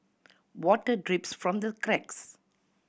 water drips from the cracks